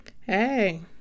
hey